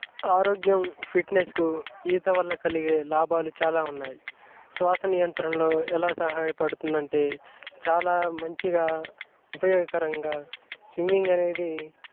ఆరోగ్యం ఫిట్నెస్కు ఈత వల్ల కలిగే లాభాలు చాలా ఉన్నాయి శ్వాస నియంత్రణ ఎలా సహాయపడుతుంది అంటే చాలా మంచిగా ఉపయోగకరంగా స్విమ్మింగ్ అనేది